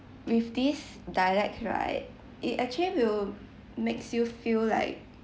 with these dialects right it actually will makes you feel like